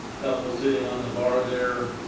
couple sitting on the bar there,